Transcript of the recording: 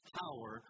power